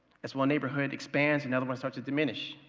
as one neighbor hoods expands, another one starts to diminish.